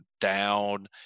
down